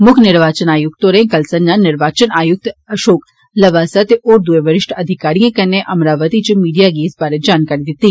मुक्ख निर्वाचन आयुक्त होरें कल संजा निर्वाचन आयुक्त अषोक लवास ते होर दुए वरिश्ठ अधिकारिएं कन्नै उनें अमरावती च मीडिया गी इस बारै जानकारी दिती